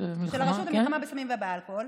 של הרשות למלחמה בסמים ובאלכוהול.